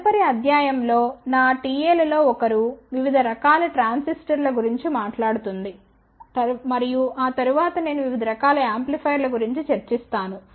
తదుపరి అధ్యాయం లో నా TA లలో ఒకరు వివిధ రకాల ట్రాన్సిస్టర్ల గురించి మాట్లాడుతుంది మరియు ఆ తరువాత నేను వివిధ రకాల యాంప్లిఫైయర్ల గురించి చర్చిస్తాను